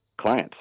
clients